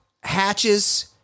hatches